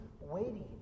waiting